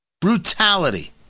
Brutality